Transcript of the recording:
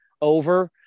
over